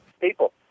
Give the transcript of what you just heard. people